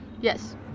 Yes